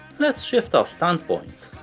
let's shift our standpoint,